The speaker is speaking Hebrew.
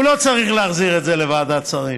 הוא לא צריך להחזיר את זה לוועדת שרים.